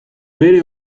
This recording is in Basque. bere